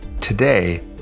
Today